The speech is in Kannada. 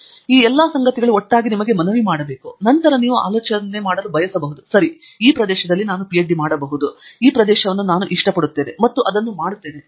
ಆದ್ದರಿಂದ ಈ ಎಲ್ಲಾ ಸಂಗತಿಗಳು ಒಟ್ಟಾಗಿ ನಿಮಗೆ ಮನವಿ ಮಾಡಬಹುದು ಮತ್ತು ನಂತರ ನೀವು ಆಲೋಚಿಸಲು ಬಯಸಬಹುದು ಸರಿ ಈ ಪ್ರದೇಶದಲ್ಲಿ ನಾನು ಪಿಎಚ್ಡಿ ಮಾಡಬಹುದು ನಾನು ಈ ಪ್ರದೇಶವನ್ನು ಇಷ್ಟಪಡುತ್ತೇನೆ ಮತ್ತು ಅದನ್ನು ಮಾಡುತ್ತೇನೆ